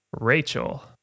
Rachel